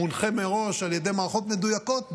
מונחה מראש על ידי מערכות מדויקות,